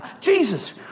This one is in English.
Jesus